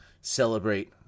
celebrate